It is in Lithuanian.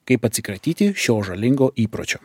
kaip atsikratyti šio žalingo įpročio